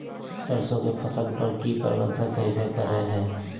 सरसों की फसल पर की प्रबंधन कैसे करें हैय?